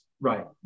Right